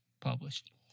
published